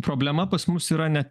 problema pas mus yra ne